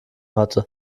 hatte